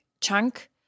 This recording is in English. chunk